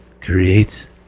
creates